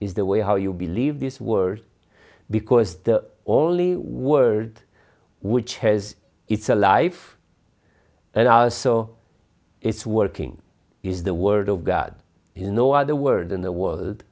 is the way how you believe this word because the only word which has it's a life and i was so it's working is the word of god no other word in the world